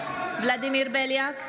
ולדימיר בליאק,